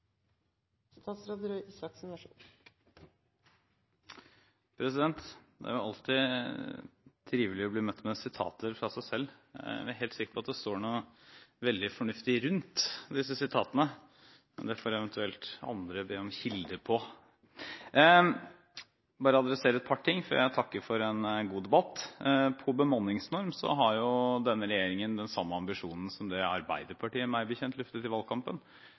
helt sikker på at det står noe veldig fornuftig rundt disse sitatene. Det får andre eventuelt be om kilder på. Jeg vil adressere et par ting før jeg takker for en god debatt: Når det gjelder bemanningsnorm, har denne regjeringen den samme ambisjonen som Arbeiderpartiet meg bekjent luftet i valgkampen,